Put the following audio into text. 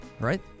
right